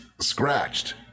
scratched